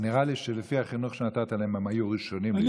נראה לי שלפי החינוך שנתת להם הם היו ראשונים להתגייס.